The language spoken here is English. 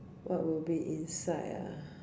what would be inside ah